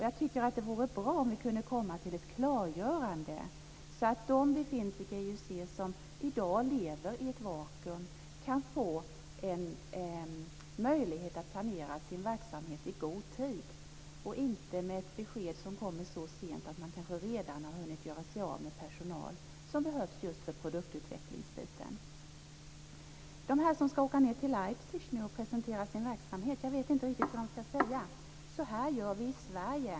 Jag tycker att det vore bra om vi kunde få ett klargörande, så att de befintliga IUC som i dag lever i ett vakuum kan få möjlighet att planera sin verksamhet i god tid. Det räcker inte med ett besked som kommer så sent att man kanske redan har hunnit göra sig av med personal som behövs för produktutveckling. Jag vet inte riktigt vad de som nu skall åka ned till Leipzig och presentera sin verksamhet skall säga. Skall de säga: Så här gör vi i Sverige.